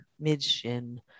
mid-shin